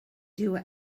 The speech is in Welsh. dyw